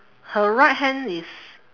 her right hand is